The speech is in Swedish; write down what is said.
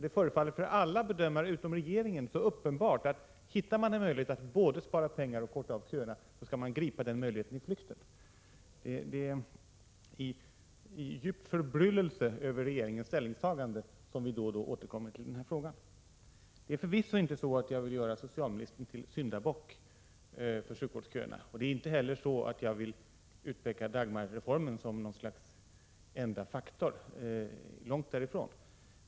Det förefaller för alla bedömare utom regeringen så uppenbart att hittar man en möjlighet att både spara pengar och korta av köerna så skall man gripa den möjligheten i flykten. Det är i djup förbryllelse över regeringens ställningstagande som vi då och då återkommer i den här frågan. Det är förvisso inte så att jag vill göra socialministern till syndabock för sjukvårdsköerna, och inte heller vill jag utpeka Dagmarreformen som enda faktor — långt därifrån.